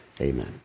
amen